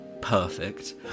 Perfect